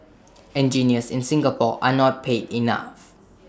engineers in Singapore are not paid enough